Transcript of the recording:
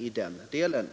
invänder jag.